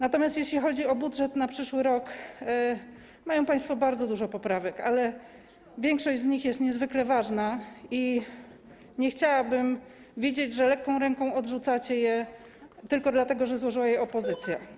Natomiast jeśli chodzi o budżet na przyszły rok, mają państwo bardzo dużo poprawek, ale większość z nich jest niezwykle ważna i nic chciałabym widzieć, że lekką ręką odrzucacie je tylko dlatego, że złożyła je opozycja.